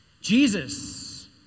Jesus